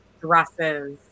dresses